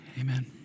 amen